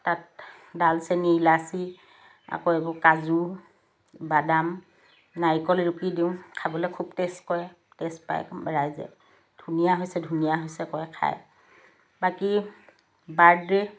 তাত ডালচেনি ইলাচি আকৌ এইবোৰ কাজু বাদাম নাৰিকল ৰুকি দিওঁ খাবলৈ খুব টেষ্ট কৰে টেষ্ট পায় ৰাইজে ধুনীয়া হৈছে ধুনীয়া হৈছে কয় খায় বাকী বাৰ্থডে'